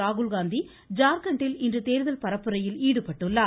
ராகுல்காந்தி ஜார்க்கண்டில் இன்று தேர்தல் பரப்புரையில் ஈடுபட்டுள்ளார்